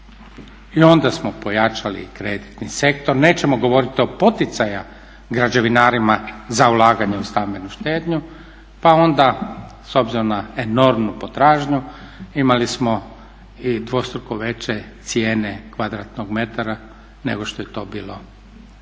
i onda smo pojačali kreditni sektor, nećemo govoriti o poticajima građevinarima za ulaganja u stambenu štednju pa onda s obzirom na enormnu potražnju imali smo i dvostruko veće cijene m2 nego što je to bilo